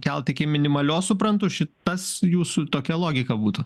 kelt iki minimalios suprantu šitas jūsų tokia logika būtų